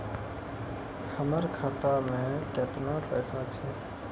हमर खाता मैं केतना पैसा छह?